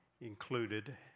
included